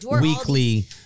weekly